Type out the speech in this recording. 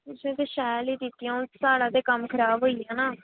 तुसेंगी शैल गै दित्तियां हून साढ़ा ते कम्म खराब होइयां ना